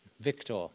Victor